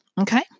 okay